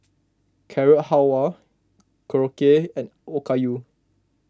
Carrot Halwa Korokke and Okayu